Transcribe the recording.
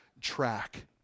track